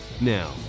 Now